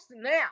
snap